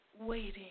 waiting